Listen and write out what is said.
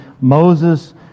Moses